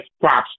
props